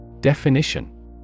Definition